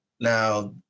Now